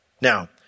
Now